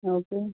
okay